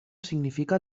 significa